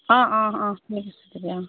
অ' অ' অ'